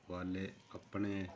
ਵਾਲੇ ਆਪਣੇ